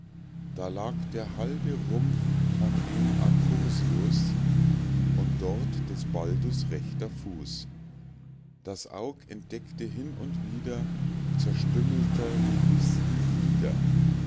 da lag der halbe rumpf von dem acursius und dort des baldus rechter fuß das aug entdeckte hin und wieder zerstümmelter